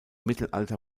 mittelalter